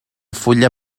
fulla